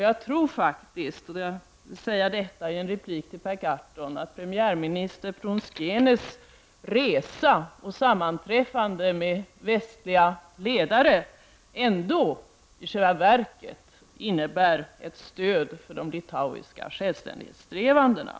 Jag tror faktiskt — jag vill säga detta som en replik till Per Gahrton — att premiärminister Prunskienes resa och sammanträffande med västliga ledare = Prot. 1989/90:128 i själva verket innebär ett stöd för de litauiska självständighetssträvandena.